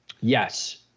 Yes